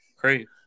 Great